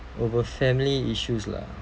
over family issues lah